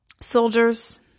soldiers